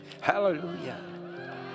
Hallelujah